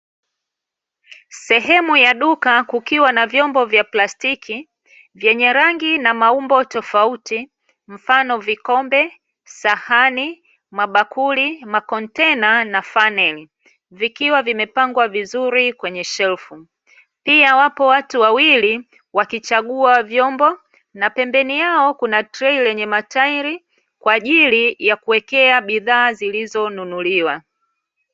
Sehemu ya duka kukiwa na vyombo vya plastiki vyenye rangi na maumbo tofauti, mfano: vikombe, sahani, mabakuli, makontena na faneli; vikiwa vimepangwa vizuri kwenye shelfu. Pia wapo watu wawili wakichagua vyombo na pembeni yao kuna trei lenye matairi kwa ajili ya kuwekea bidhaa zilizonunuliwa.